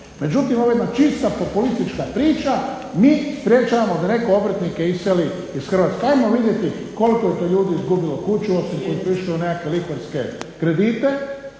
Međutim, ovo je jedna čista populistička priča. Mi sprječavamo da netko obrtnike iseli iz Hrvatske. Hajmo vidjeti koliko je to ljudi izgubilo kuću osim koji su išli u nekakve lihvarske kredite.